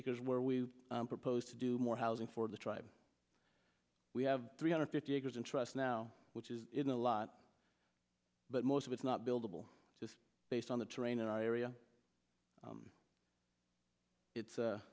acres where we proposed to do more housing for the tribe we have three hundred fifty acres in trust now which is in a lot but most of it's not buildable just based on the terrain in our area it's